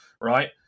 right